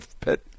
pet